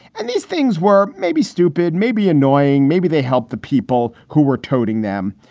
and these things were maybe stupid, maybe annoying. maybe they helped the people who were toting them.